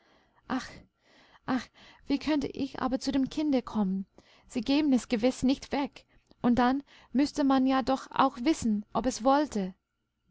wie könnte ich aber zu dem kinde kommen sie geben es gewiß nicht weg und dann müßte man ja doch auch wissen ob es wollte